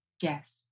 Yes